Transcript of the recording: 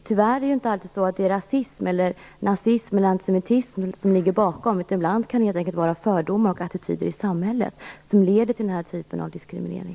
Tyvärr är det inte alltid så att det är rasism, nazism eller antisemitism som ligger bakom, utan ibland kan det helt enkelt vara fördomar och attityder i samhället som leder till den här typen av diskriminering.